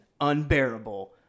unbearable